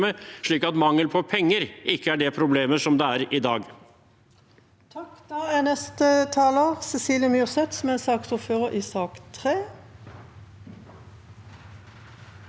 slik at mangel på penger ikke er det problemet som det er i dag.